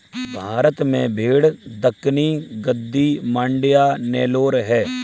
भारत में भेड़ दक्कनी, गद्दी, मांड्या, नेलोर है